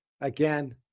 again